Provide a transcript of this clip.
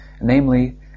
namely